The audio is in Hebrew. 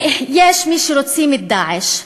יש מי שרוצה את "דאעש".